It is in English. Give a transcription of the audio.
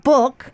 Book